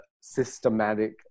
systematic